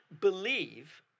believe